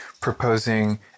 proposing